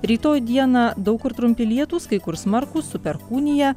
rytoj dieną daug kur trumpi lietūs kai kur smarkūs su perkūnija